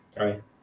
Right